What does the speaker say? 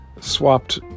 swapped